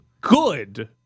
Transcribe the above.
good